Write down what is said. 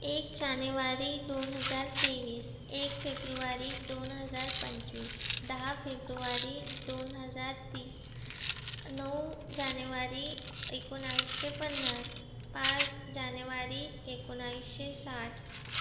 एक जानेवारी दोन हजार तेवीस एक फेब्रुवारी दोन हजार पंचवीस दहा फेब्रुवारी दोन हजार तीस नऊ जानेवारी एकोणाविसशे पन्नास पाच जानेवारी एकोणाविसशे साठ